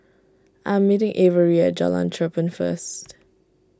I am meeting Averi at Jalan Cherpen first